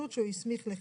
שלום,